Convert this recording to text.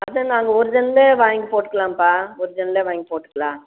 அப்படின்னா ஒர்ஜினலே வாங்கி போட்டுக்குலாம்ப்பா ஒர்ஜினலே வாங்கி போட்டுக்கலாம்